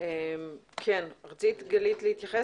המועמד." גלית, רצית להתייחס?